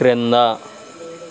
క్రింద